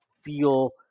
feel